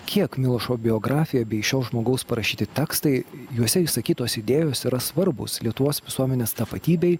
kiek milošo biografija bei šio žmogaus parašyti tekstai juose išsakytos idėjos yra svarbūs lietuvos visuomenės tapatybei